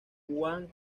juan